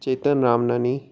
Chetan Ramnani